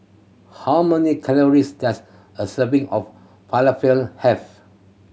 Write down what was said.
how many calories does a serving of Falafel have